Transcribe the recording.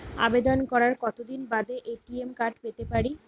আবেদন করার কতদিন বাদে এ.টি.এম কার্ড পেতে পারি?